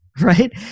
right